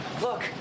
Look